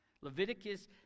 Leviticus